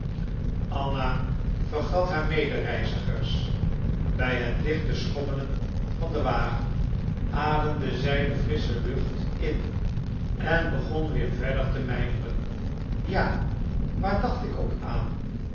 anna vergat haar medereizigers bij het lichte schommelen van den wagen ademde zij de frissche lucht in en begon weer verder te mijmeren ja waar dacht ik ook aan